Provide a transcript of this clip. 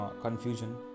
confusion